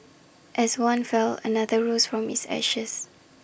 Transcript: as one fell another rose from its ashes